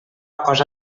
cosa